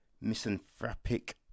misanthropic